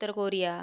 Uttar Korea